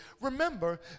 Remember